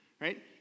right